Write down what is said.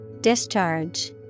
Discharge